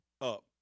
up